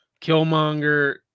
Killmonger